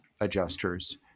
adjusters